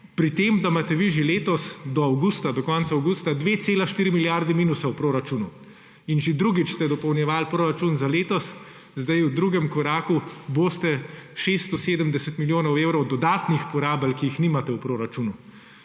pri tem da imate vi že letos do konca avgusta 2,4-milijarde minusa v proračunu. In že drugič ste dopolnjevali proračun za letos, sedaj v drugem koraku boste 670 milijonov evrov dodatnih porabili, ki jih nimate v proračunu.